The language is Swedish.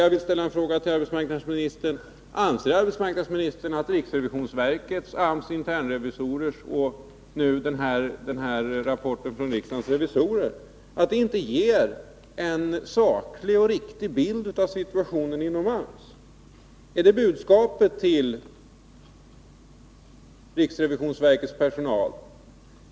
Jag vill fråga arbetsmarknadsministern: Anser arbetsmarknadsministern att riksrevisionsverket, AMS internrevisorer och nu rapporten från riksdagens revisorer inte ger en saklig och riktig bild av situationen inom AMS? Är det budskapet till riksrevisionsverkets personal?